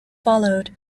followed